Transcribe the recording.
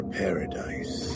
paradise